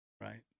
Right